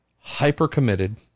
hyper-committed